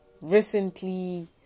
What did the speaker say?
recently